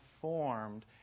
formed